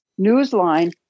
Newsline